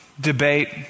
debate